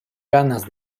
ganas